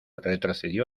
retrocedió